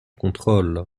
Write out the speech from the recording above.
contrôle